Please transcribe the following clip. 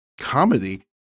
comedy